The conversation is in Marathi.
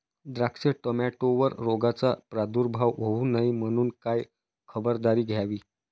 द्राक्ष, टोमॅटोवर रोगाचा प्रादुर्भाव होऊ नये म्हणून काय खबरदारी घ्यावी?